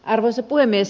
arvoisa puhemies